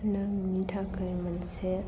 नोंनि थाखाय मोनसे